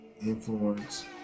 influence